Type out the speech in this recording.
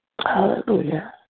Hallelujah